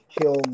kill